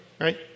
right